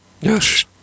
Yes